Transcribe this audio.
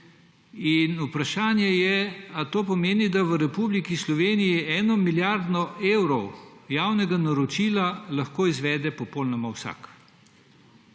Vprašanje je, ali to pomeni, da lahko v Republiki Sloveniji 1 milijardo evrov javnega naročila izvede popolnoma vsak.